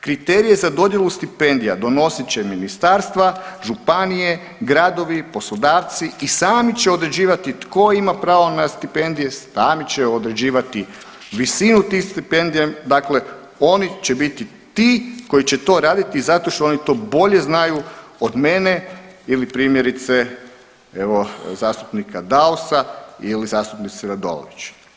Kriterije za dodjelu stipendija donosit će ministarstva, županije, gradovi, poslodavci i sami će određivati tko ima pravo na stipendije, sami će određivati visinu tih stipendija, dakle oni će biti ti koji će to raditi zato što oni to bolje znaju od mene ili primjerice evo zastupnika Dausa ili zastupnice Radolović.